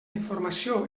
informació